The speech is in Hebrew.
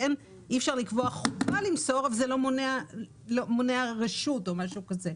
שאי אפשר לקבוע חובה למסור אבל זה לא מונע רשות או משהו כזה.